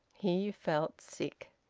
he felt sick.